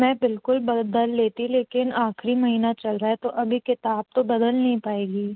मैं बिल्कुल बदल लेती लेकिन आखिरी महीना चल रहा है तो अभी किताब तो बदल नहीं पाएगी